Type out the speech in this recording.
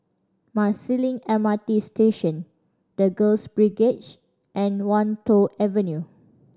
Marsiling M R T Station The Girls Brigade and Wan Tho Avenue